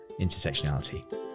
intersectionality